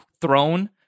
throne